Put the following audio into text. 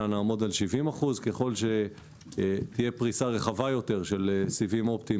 נעמוד על 70%. ככל שתהיה פריסה רחבה יותר של סיבים אופטיים